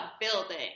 building